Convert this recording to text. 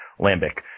lambic